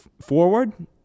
forward